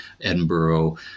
Edinburgh